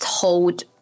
told